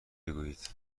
بگویید